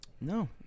No